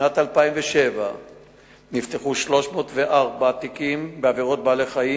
בשנת 2007 נפתחו 304 תיקים בעבירות בעלי-חיים,